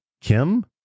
Kim